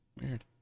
weird